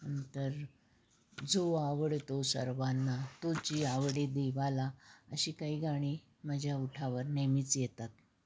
नंतर जो आवडतो सर्वांना तोची आवडे देवाला अशी काही गाणी माझ्या ओठावर नेहमीच येतात